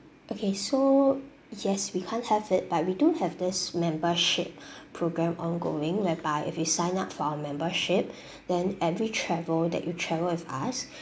okay so yes we can't have it but we do have this membership program ongoing whereby if you sign up for our membership then every travel that you travel with us